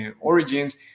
origins